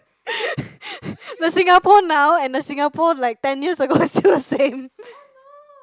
the Singapore now and the Singapore like ten years ago still the same